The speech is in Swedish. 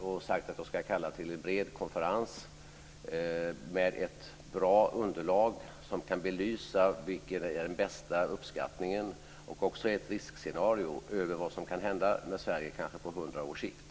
Jag har sagt att jag ska kalla till en bred konferens med ett bra underlag som kan belysa vilken som är den bästa uppskattningen och också ett riskscenario över vad som kan hända med Sverige på kanske hundra års sikt.